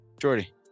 Jordy